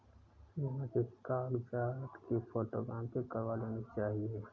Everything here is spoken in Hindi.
बीमा के कागजात की फोटोकॉपी करवा लेनी चाहिए